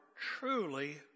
truly